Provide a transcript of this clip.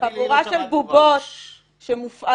על ראש הגנב בוער הכובע.